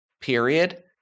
period